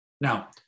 Now